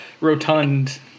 Rotund